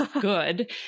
good